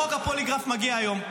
חוק הפוליגרף מגיע היום.